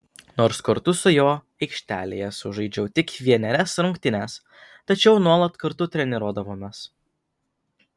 nors kartu su juo aikštėje sužaidžiau tik vienerias rungtynes tačiau nuolat kartu treniruodavomės